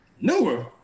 newer